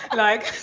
like